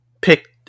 picked